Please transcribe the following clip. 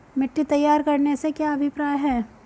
मिट्टी तैयार करने से क्या अभिप्राय है?